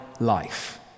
life